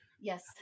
Yes